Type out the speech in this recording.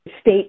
state